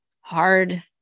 hard